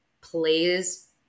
plays